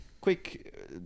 quick